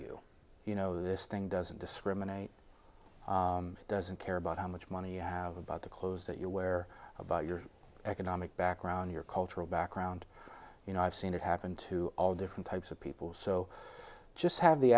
you you know this thing doesn't discriminate doesn't care about how much money you have about the clothes that you wear about your economic background your cultural background you know i've seen it happen to all different types of people so just have the